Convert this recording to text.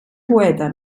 poeta